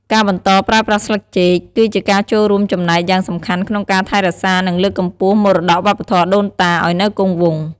ការបន្តប្រើប្រាស់ស្លឹកចេក គឺជាការចូលរួមចំណែកយ៉ាងសំខាន់ក្នុងការ ថែរក្សា និងលើកកម្ពស់មរតកវប្បធម៌ដូនតា ឱ្យនៅគង់វង្ស។